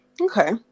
Okay